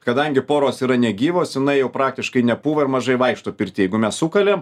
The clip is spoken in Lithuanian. kadangi poros yra negyvos jinai jau praktiškai nepūva ir mažai vaikšto pirty jeigu mes sukalėm